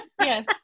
yes